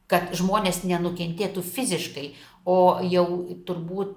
kad žmonės nenukentėtų fiziškai o jau turbūt